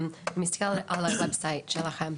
אני מסתכלת על האתר שלכם,